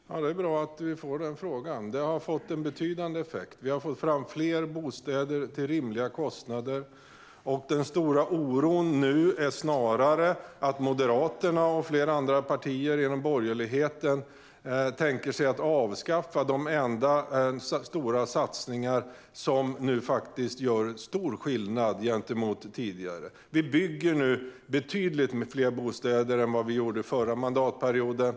Fru talman! Det är bra att vi får den frågan. Det har fått en betydande effekt. Vi har fått fram fler bostäder till rimliga kostnader. Den stora oron nu är snarare att Moderaterna och flera andra partier inom borgerligheten tänker avskaffa de satsningar som nu gör stor skillnad gentemot tidigare. Vi bygger betydligt fler bostäder än vad ni gjorde förra mandatperioden.